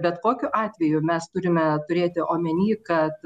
bet kokiu atveju mes turime turėti omeny kad